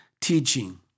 teaching